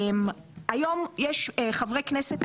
היום יש חברי כנסת ,